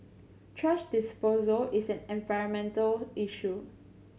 thrash disposal is an environmental issue